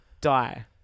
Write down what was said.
die